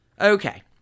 okay